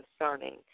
concerning